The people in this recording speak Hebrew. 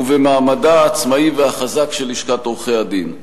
ובמעמדה העצמאי והחזק של לשכת עורכי-הדין.